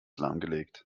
lahmgelegt